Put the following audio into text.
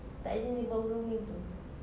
tak payah sini bau grooming itu